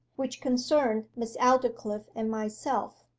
which concerned miss aldclyffe and myself.